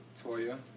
Toya